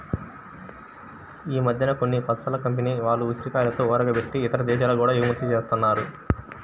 ఈ మద్దెన కొన్ని పచ్చళ్ళ కంపెనీల వాళ్ళు ఉసిరికాయలతో ఊరగాయ బెట్టి ఇతర దేశాలకి గూడా ఎగుమతి జేత్తన్నారు